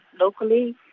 locally